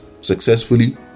successfully